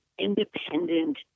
independent